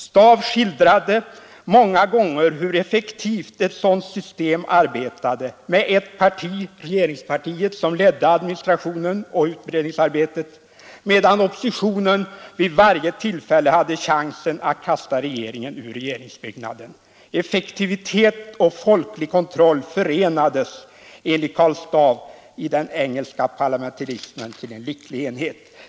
Staaff skildrade många gånger hur effektivt ett sådant system arbetade med ett parti, regeringspartiet, som ledde administrationen och utredningsarbetet, medan oppositionen vid varje tillfälle hade chansen att kasta regeringen ut ur regeringsbyggnaden. Effektivitet och folklig kontroll förenades enligt Karl Staaff i den engelska parlamentarismen till en lycklig enhet.